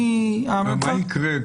אבל מה יקרה,